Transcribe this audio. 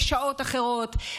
בשעות אחרות,